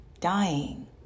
dying